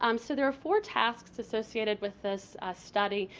um so, there are four tasks associated with this study,